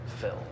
fill